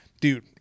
Dude